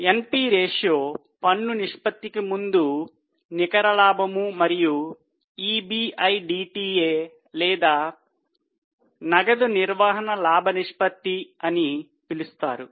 NP నిష్పత్తి పన్ను నిష్పత్తికి ముందు నికర లాభం మరియు EBIDTA లేదా నగదు నిర్వహణ లాభ నిష్పత్తి అని పిలుస్తారు